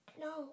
No